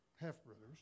half-brothers